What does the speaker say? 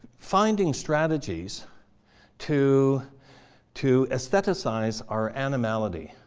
finding strategies to to aestheticize our animality.